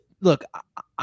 Look